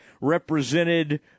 represented